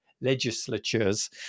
legislatures